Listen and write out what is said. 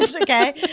Okay